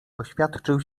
oświadczył